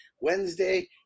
Wednesday